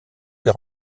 ses